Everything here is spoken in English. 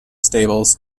stables